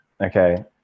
Okay